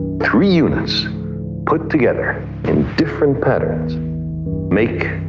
three units put together in different patterns make,